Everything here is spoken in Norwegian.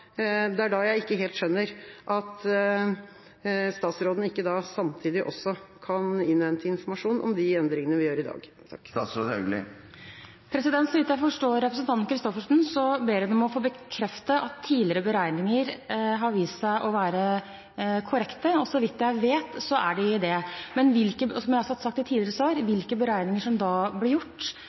Det er da jeg ikke helt skjønner at statsråden ikke samtidig kan innhente informasjon om de endringene vi gjør i dag. Så vidt jeg forstår representanten Christoffersen, ber hun å få bekreftet at tidligere beregninger har vist seg å være korrekte. Så vidt jeg vet, er de det. Men – som jeg har sagt i tidligere svar – hvilke beregninger som da ble gjort,